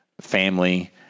family